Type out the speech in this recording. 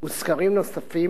וסקרים נוספים,